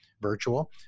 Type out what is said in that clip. virtual